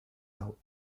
out